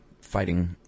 Fighting